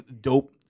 dope